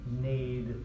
need